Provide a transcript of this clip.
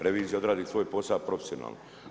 Revizija odradi svoj posao profesionalno.